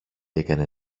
έκανε